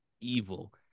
evil